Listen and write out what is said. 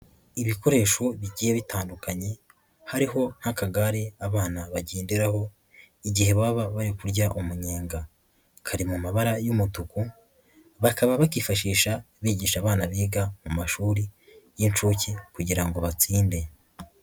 Ibikoresho bigiye bitandukanye hariho n'akagare abana bagenderaho igihe baba bari kurya umunyenga, kari mu mabara y'umutuku bakaba bakifashisha bigisha abana biga mu mashuri y'inshuke kugira ngo batsinde.